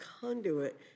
conduit